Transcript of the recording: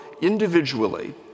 individually